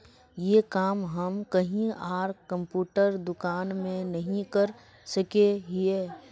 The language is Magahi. ये काम हम कहीं आर कंप्यूटर दुकान में नहीं कर सके हीये?